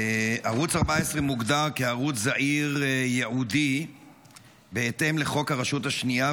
ערוץ 14 מוגדר כערוץ זעיר ייעודי בהתאם לחוק הרשות השנייה,